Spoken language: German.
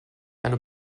eine